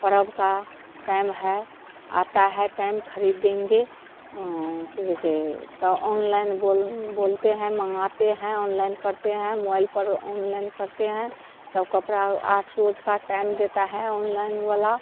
पर्व का टइम है आता है टइम ख़रीद देंगे कि किसी तो ऑनलइन बोल बोलते हैं मँगाते हैं ऑनलइन कड़ते हैं मुबाइल पर ऑनलइन करते हैं तो कपड़ा वो आठ रोज़ का टइम देता है ऑनलइन वाला